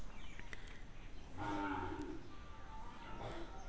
किरा मन हर फूल आए के घरी मे अइस त फरे के पहिले फसल ल बरबाद कर देथे